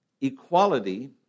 Equality